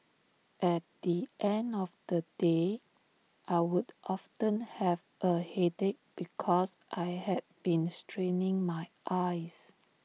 at the end of the day I would often have A headache because I had been straining my eyes